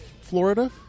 Florida